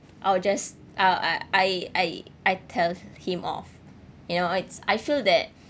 I will just uh I I I I tell him off you know it's I feel that